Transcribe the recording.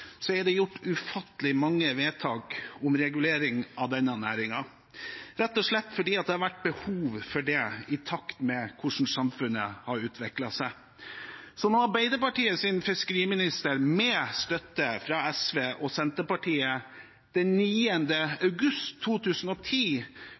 er det gjort ufattelig mange vedtak om regulering av denne næringen, rett og slett fordi det har vært behov for det, i takt med hvordan samfunnet har utviklet seg – som da Arbeiderpartiets fiskeriminister, med støtte fra SV og Senterpartiet, den